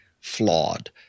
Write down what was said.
flawed